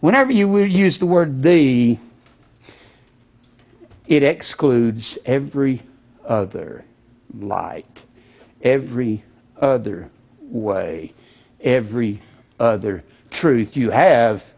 whenever you were used the word the it excludes every other lie every other way every other truth you have